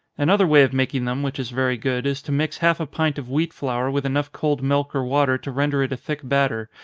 another way of making them, which is very good, is to mix half a pint of wheat flour with enough cold milk or water to render it a thick batter,